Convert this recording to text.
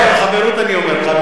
בחברות אני אומר לך.